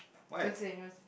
don't say anyone